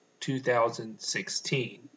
2016